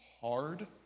hard